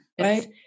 right